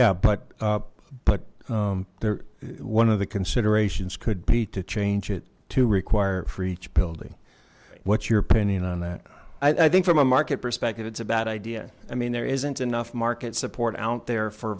yeah but but there one of the considerations could be to change it to require it for each building what's your opinion on that i think from a market perspective it's a bad idea i mean there isn't enough market support out there for